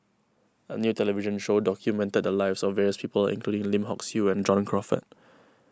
a new television show documented the lives of various people including Lim Hock Siew and John Crawfurd